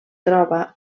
troba